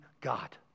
God